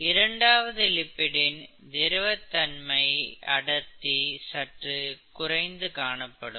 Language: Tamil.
இரண்டாவது லிப்பிடின் திரவத்தன்மை அடர்த்தி சற்று குறைந்து காணப்படும்